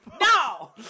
No